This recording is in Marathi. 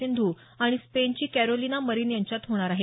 सिंधू आणि स्पेनची कॅरोलिना मरीन यांच्यात होणार आहे